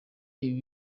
iba